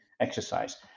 exercise